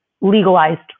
legalized